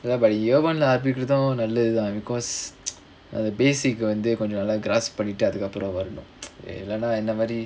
but year one lah ஆரம்பிக்கறதும் நல்லதுதா:aarambikkarathum nallathuthaa because அந்த:antha basic வந்து:vanthu grasp பண்ணிட்டு அதுக்கு அப்புறம் வரனும் இல்லனா என்ன மாரி:pannittu athukku appuram varanum illanaa enna maari